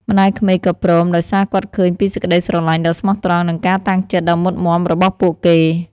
ម្ដាយក្មេកក៏ព្រម ដោយសារគាត់ឃើញពីសេចក្ដីស្រឡាញ់ដ៏ស្មោះត្រង់ និងការតាំងចិត្តដ៏មុតមាំរបស់ពួកគេ។